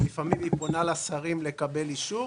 לפעמים היא פונה לשרים כדי לקבל אישור.